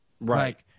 right